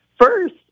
first